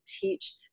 teach